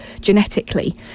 genetically